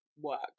work